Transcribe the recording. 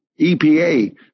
EPA